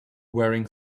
wearing